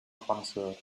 concert